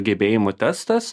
gebėjimų testas